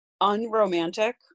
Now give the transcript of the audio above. unromantic